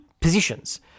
positions